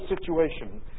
situation